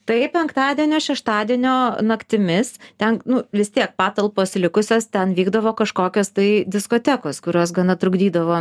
tai penktadienio šeštadienio naktimis ten nu vis tiek patalpos likusios ten vykdavo kažkokios tai diskotekos kurios gana trukdydavo